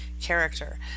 character